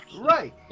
Right